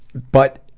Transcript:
but